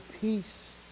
peace